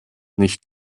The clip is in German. nicht